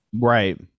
Right